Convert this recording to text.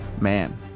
man